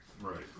Right